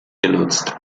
genutzt